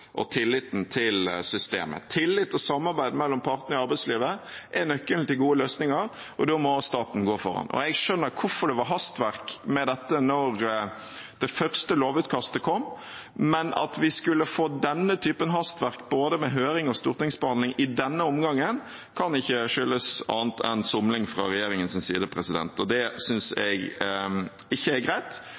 og til systemet. Tillit og samarbeid mellom partene i arbeidslivet er nøkkelen til gode løsninger, og da må staten gå foran. Jeg skjønner hvorfor man hadde hastverk da det første lovutkastet kom, men at vi skulle få denne typen hastverk med både høring og stortingsbehandling i denne omgangen, kan ikke skyldes annet enn somling fra regjeringens side, og det synes jeg ikke er greit.